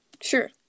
Sure